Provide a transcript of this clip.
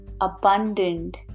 abundant